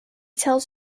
tells